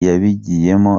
yabigiyemo